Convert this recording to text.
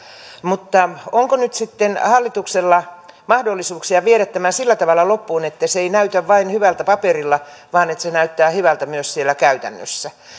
mutta onko nyt sitten hallituksella mahdollisuuksia viedä tämä sillä tavalla loppuun että se ei näytä vain hyvältä paperilla vaan että se näyttää hyvältä myös siellä käytännössä